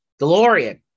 DeLorean